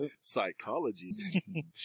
Psychology